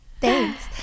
Thanks